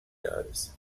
does